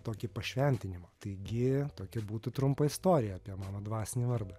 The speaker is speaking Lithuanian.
tokį pašventinimą taigi tokia būtų trumpa istorija apie mano dvasinį vardą